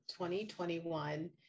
2021